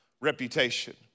reputation